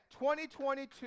2022